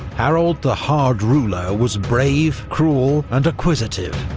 harald the hard-ruler was brave, cruel and acquisitive,